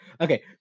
Okay